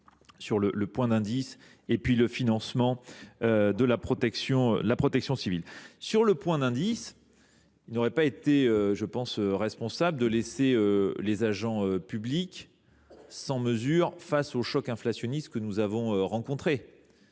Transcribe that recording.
sur le point d’indice et le financement de la protection civile. Sur le point d’indice, il n’aurait pas été, à mon sens, responsable de ne pas proposer aux agents publics de mesures face au choc inflationniste que nous avons rencontré.